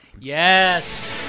Yes